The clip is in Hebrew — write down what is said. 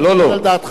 על דעתך?